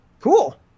cool